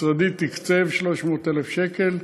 משרדי תקצב ב-300,000 שקל.